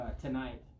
tonight